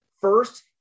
first